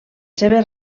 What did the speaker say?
seves